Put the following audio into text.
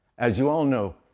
as you all know,